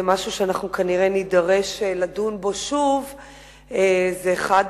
זה משהו שאנחנו כנראה נידרש לדון בו שוב, זה אחד